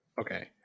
Okay